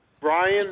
Brian